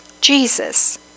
Jesus